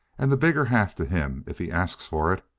and the bigger half to him if he asks for it.